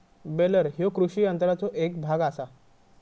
baler ह्यो कृषी यंत्राचो एक भाग आसा